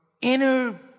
inner